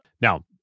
Now